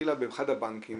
התחילה באחד הבנקים